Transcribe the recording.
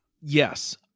Yes